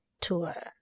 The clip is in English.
tour